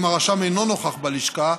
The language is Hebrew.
אם הרשם אינו נוכח בלשכה,